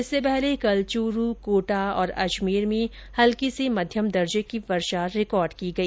इससे पहले कल चूरू कोटा और अजमेर में हल्की से मध्यम दर्जे की वर्षा रिकॉर्ड की गई